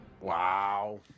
Wow